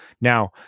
Now